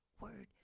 word